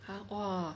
!huh! !wah!